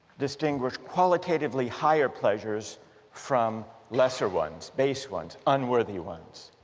distinguish qualitatively higher pleasures from lesser ones, base ones, unworthy ones?